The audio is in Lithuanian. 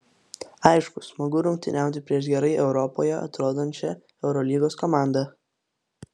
aišku smagu rungtyniauti prieš gerai europoje atrodančią eurolygos komandą